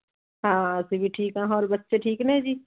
ਹਾਂ ਅਸੀਂ ਵੀ ਠੀਕ ਆ ਹੋਰ ਬੱਚੇ ਠੀਕ ਨੇ ਜੀ